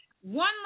one